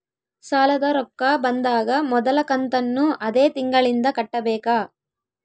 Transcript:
ಸಾಲದ ರೊಕ್ಕ ಬಂದಾಗ ಮೊದಲ ಕಂತನ್ನು ಅದೇ ತಿಂಗಳಿಂದ ಕಟ್ಟಬೇಕಾ?